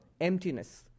emptiness